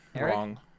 Wrong